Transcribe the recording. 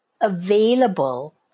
available